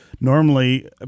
normally